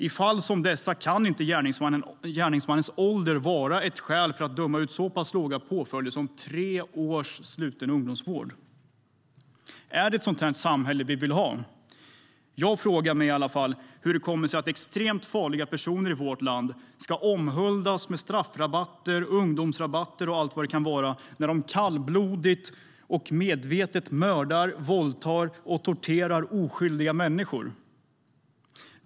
I fall som dessa kan inte gärningsmannens ålder vara ett skäl för att döma ut så låga påföljder som tre års sluten ungdomsvård. Är det ett sådant här samhälle vi vill ha? Jag frågar mig i alla fall hur det kommer sig att extremt farliga personer i vårt land ska omhuldas med straffrabatter och ungdomsrabatter och allt vad det kan vara när de kallblodigt och medvetet mördar, våldtar och torterar oskyldiga människor.